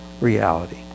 reality